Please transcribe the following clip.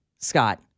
Scott